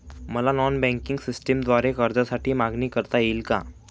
मला non banking सिस्टमद्वारे कर्जासाठी मागणी करता येईल का?